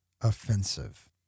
offensive